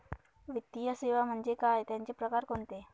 वित्तीय सेवा म्हणजे काय? त्यांचे प्रकार कोणते?